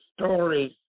stories